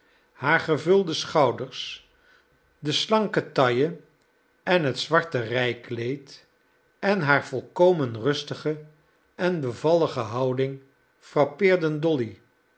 haar gevulde schouders de slanke taille in het zwarte rijkleed en haar volkomen rustige en bevallige houding frappeerden dolly